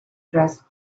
dress